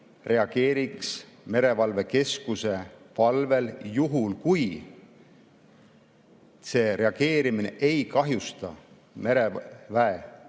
reageeriks merevalvekeskuse palvel, juhul kui see reageerimine ei kahjusta